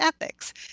ethics